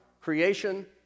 creation